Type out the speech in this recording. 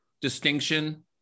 distinction